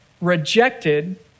rejected